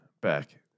back